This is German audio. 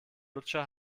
lutscher